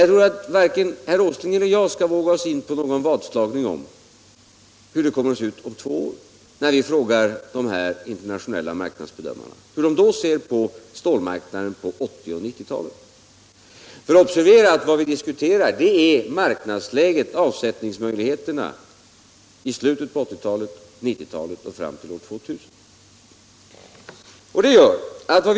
Jag tror att varken herr Åsling eller jag skall våga slå vad om hur prognoserna kommer att se ut när vi om två år frågar dessa internationella marknadsbedömare hur de då ser på stålmarknaden på 1980 och 1990-talen. Observera att vad vi diskuterar är avsättningsmöjligheterna i slutet av 1980-talet, under 1990-talet och fram till år 2000.